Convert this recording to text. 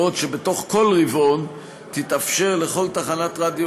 ואילו בתוך כל רבעון תתאפשר לכל תחנת רדיו